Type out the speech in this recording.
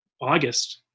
August